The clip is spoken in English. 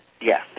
Yes